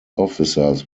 officers